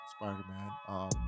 Spider-Man